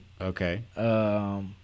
Okay